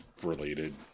related